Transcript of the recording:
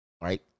right